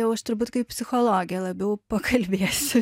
jau aš turbūt kaip psichologė labiau pakalbėsiu